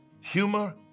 Humor